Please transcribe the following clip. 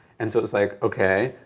and so it was like okay,